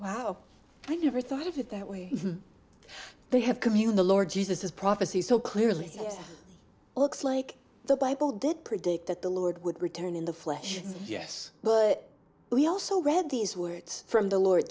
wow i never thought of it that way they have commune the lord jesus is prophecy so clearly looks like the bible did predict that the lord would return in the flesh yes but he also read these words from the lord